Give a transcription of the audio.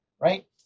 right